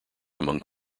among